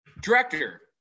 director